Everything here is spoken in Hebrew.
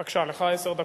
בבקשה, יש לך עשר דקות.